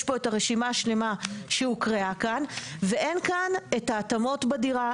יש פה את הרשימה השלמה שהוקראה כאן ואין כאן את ההתאמות בדירה,